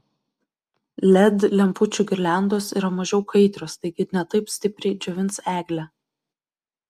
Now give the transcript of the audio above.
led lempučių girliandos yra mažiau kaitrios taigi ne taip stipriai džiovins eglę